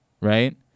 right